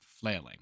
flailing